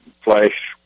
flash